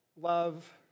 love